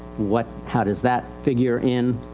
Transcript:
what, how does that figure in?